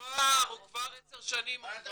הוא 10 שנים הוא כבר.